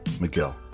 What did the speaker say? Miguel